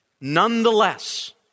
nonetheless